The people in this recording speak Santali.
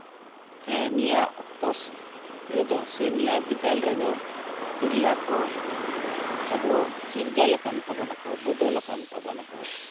ᱦᱮᱸ ᱱᱤᱭᱟᱹ ᱚᱠᱛᱚ ᱨᱮᱫᱚ ᱥᱮ ᱱᱤᱭᱟᱹ ᱵᱤᱫᱟᱹᱞ ᱨᱮᱫᱚ ᱛᱤᱨᱞᱟᱹ ᱠᱚ ᱟᱵᱚ ᱪᱤᱨᱜᱟᱹᱞᱟᱠᱟᱱ ᱛᱟᱵᱚᱱᱟᱠᱚ ᱵᱚᱫᱚᱞᱟᱠᱟᱱ ᱛᱟᱵᱚᱱᱟᱠᱚ